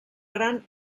gran